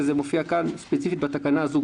וזה מופיע ספציפית גם בתקנה הזאת,